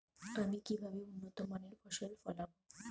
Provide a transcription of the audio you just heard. আমি কিভাবে উন্নত মানের ফসল ফলাবো?